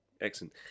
Excellent